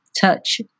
touch